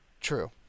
True